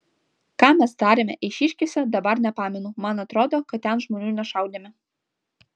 ką mes darėme eišiškėse dabar nepamenu man atrodo kad ten žmonių nešaudėme